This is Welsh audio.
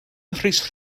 rhys